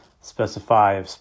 specify